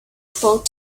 spoke